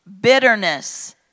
Bitterness